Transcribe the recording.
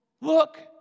look